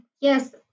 yes